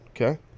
Okay